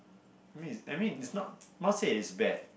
means I mean not say is bad